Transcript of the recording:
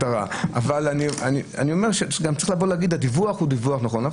אני אומר שצריך לומר שהדיווח הוא דיווח נכון אבל